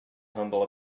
humble